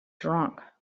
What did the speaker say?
drunk